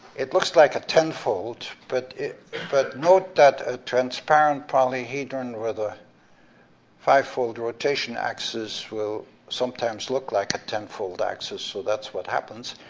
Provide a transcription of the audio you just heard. it looks like a ten fold, but but note that a transparent polyhedron with a five-fold rotation axis will sometimes look like a ten fold axis, so that's what happens.